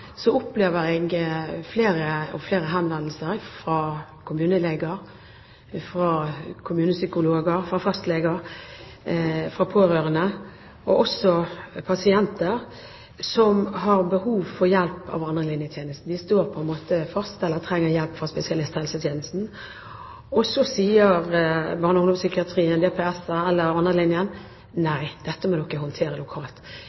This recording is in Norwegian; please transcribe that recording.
opplever jeg flere og flere henvendelser fra kommuneleger, kommunepsykologer, fastleger, pårørende og også fra pasienter som har behov for hjelp av andrelinjetjenesten. De står på en måte fast, eller trenger hjelp fra spesialisthelsetjenesten. Så sier barne- og ungdomspsykiatrien, DPS-ene eller andrelinjetjenesten: Nei, dette må dere håndtere lokalt.